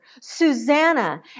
Susanna